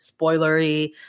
spoilery